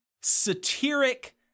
satiric